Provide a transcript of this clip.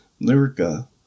Lyrica